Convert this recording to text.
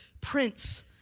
Prince